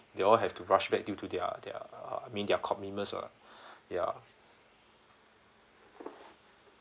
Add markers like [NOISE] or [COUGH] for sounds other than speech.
they all have to rush back due to their their uh I mean their commitments lah [BREATH] ya